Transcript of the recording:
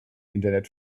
internet